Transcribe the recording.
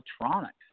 electronics